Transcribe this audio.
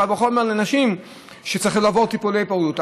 קל וחומר לנשים שצריכות לעבור טיפולי פוריות.